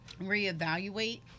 reevaluate